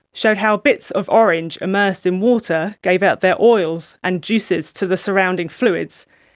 showed how bits of orange immersed in water give out their oils and juices to the surrounding fluids,